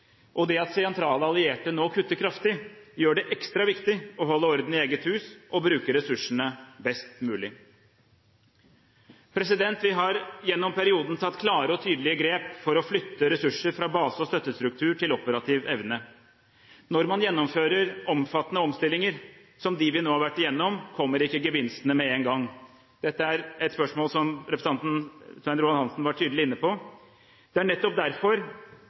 Det at sentrale allierte nå kutter kraftig, gjør det ekstra viktig å holde orden i eget hus og bruke ressursene best mulig. Vi har gjennom perioden tatt klare og tydelige grep for å flytte ressurser fra base- og støttestruktur til operativ evne. Når man gjennomfører omfattende omstillinger som de vi nå har vært igjennom, kommer ikke gevinstene med én gang. Dette er et spørsmål som representanten Svein Roald Hansen var tydelig inne på. Det koster før det begynner å smake, og det er nettopp derfor